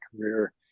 career